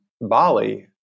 Bali